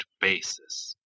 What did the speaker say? basis